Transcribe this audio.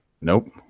Nope